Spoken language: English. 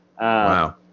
Wow